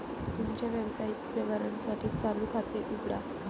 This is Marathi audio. तुमच्या व्यावसायिक व्यवहारांसाठी चालू खाते उघडा